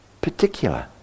particular